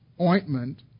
ointment